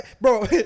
Bro